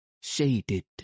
Shaded